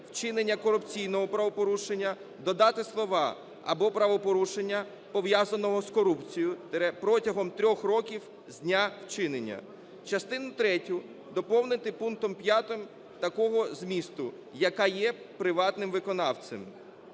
"вчинення корупційного правопорушення" додати слова "або правопорушення, пов'язаного з корупцією – протягом 3 років з дня вчинення". Частину третю доповнити пунктом 5 такого змісту: "яка є приватним виконавцем".